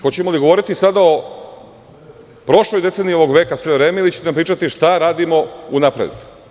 Hoćemo li govoriti sada o prošloj deceniji ovog veka sve vreme, ili ćete nam pričati šta radimo unapred?